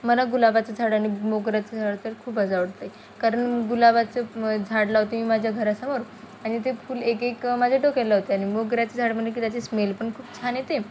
मला गुलाबाचं झाड आणि मोगऱ्याचं झाड तर खूप आज आवडते कारण गुलाबाचं झाड लावते मी माझ्या घरासमोर आणि ते फुल एक एक माझ्या डोक्याला लावते आणि मोगऱ्याचे झाड म्हणलं की त्याची स्मेल पण खूप छान येते